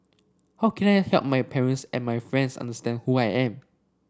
how can I help my parents and my friends understand who I am